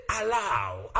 Allow